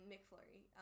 McFlurry